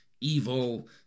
evil